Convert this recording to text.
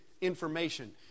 information